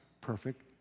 perfect